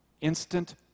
Instant